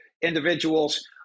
individuals